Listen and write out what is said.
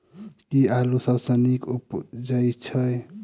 केँ आलु सबसँ नीक उबजय छै?